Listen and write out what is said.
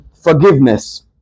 forgiveness